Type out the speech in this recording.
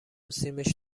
سیمش